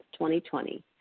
2020